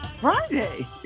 Friday